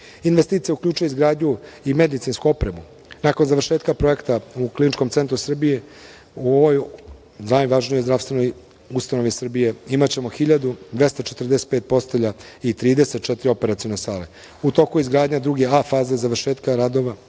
Investicija uključuje izgradnju i medicinsku opremu. Nakon završetka projekta u Kliničkom centru Srbije, u ovoj najvažnijoj zdravstvenoj ustanovi Srbije, imaćemo 1.245 postelja i 34 operacione sale. U toku je izgradnja druge A faze završetka radova,